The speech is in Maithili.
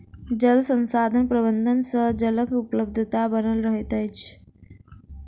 जल संसाधन प्रबंधन सँ जलक उपलब्धता बनल रहैत अछि